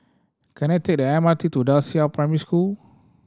can I take the M R T to Da Qiao Primary School